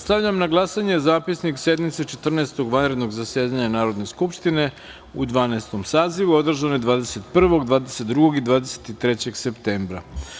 Stavljam na glasanje Zapisnik sednice Četrnaestog vanrednog zasedanja Narodne skupštine u Dvanaestom sazivu, održane 21, 22. i 23. septembra.